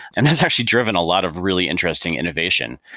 and that's actually driven a lot of really interesting innovation.